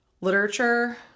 literature